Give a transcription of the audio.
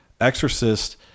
Exorcist